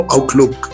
Outlook